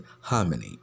harmony